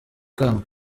ikamba